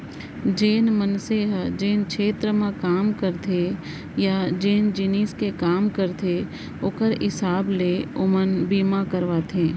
जेन मनसे ह जेन छेत्र म काम करथे या जेन जिनिस के काम करथे ओकर हिसाब ले ओमन बीमा करवाथें